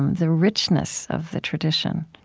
the richness of the tradition